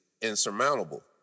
insurmountable